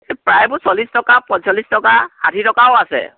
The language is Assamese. প্ৰায়বোৰ চল্লিছ টকা পঞ্চল্লিছ টকা ষাঠি টকাও আছে